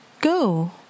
go